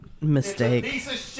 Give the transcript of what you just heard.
mistake